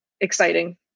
exciting